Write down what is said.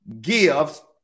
gives